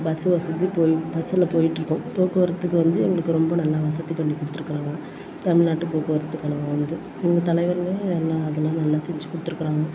bus வசதி போய் பஸ்ஸில் போய்ட்ருப்போம் போக்குவரத்துக்கு வந்து எங்களுக்கு ரொம்ப நல்லா வசதி பண்ணிக் கொடுத்துருக்கறாங்க தமிழ்நாட்டு போக்குவரத்துக் கழகம் வந்து எங்கள் தலைவர்களே எல்லாம் அதெல்லாம் நல்லா செஞ்சு கொடுத்துருக்கறாங்க